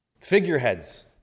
Figureheads